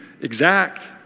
exact